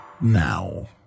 now